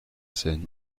scènes